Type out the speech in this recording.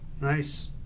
Nice